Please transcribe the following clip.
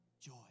Joy